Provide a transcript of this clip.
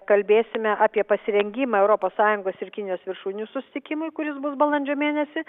kalbėsime apie pasirengimą europos sąjungos ir kinijos viršūnių susitikimui kuris bus balandžio mėnesį